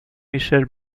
michel